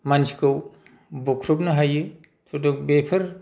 मानसिखौ बुख्रुबनो हायो हयत' बेफोर